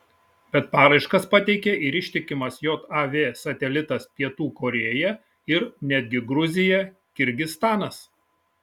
bet paraiškas pateikė ir ištikimas jav satelitas pietų korėja ir netgi gruzija kirgizstanas